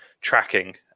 Tracking